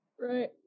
right